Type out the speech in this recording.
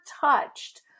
touched